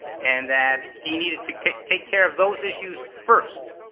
and that he needed to take take care of those issues first,